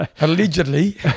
Allegedly